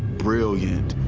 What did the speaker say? brilliant.